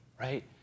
Right